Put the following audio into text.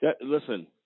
Listen